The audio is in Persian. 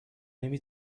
نمی